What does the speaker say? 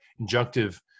injunctive